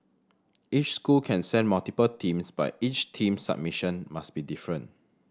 each school can send multiple teams but each team's submission must be different